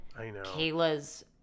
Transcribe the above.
Kayla's